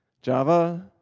java,